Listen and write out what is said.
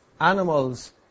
animals